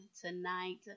tonight